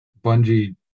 Bungie